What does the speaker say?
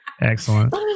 Excellent